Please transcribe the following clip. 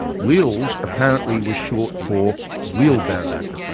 wheels apparently was short for wheelbarrow,